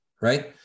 right